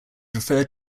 referred